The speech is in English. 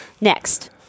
Next